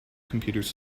computers